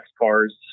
cars